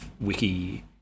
wiki